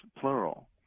plural